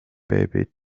baby